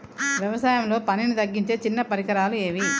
వ్యవసాయంలో పనిని తగ్గించే చిన్న పరికరాలు ఏవి?